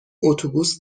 اتوبوس